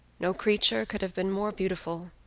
no creature could have been more beautiful,